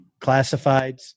classifieds